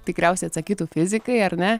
tikriausiai atsakytų fizikai ar ne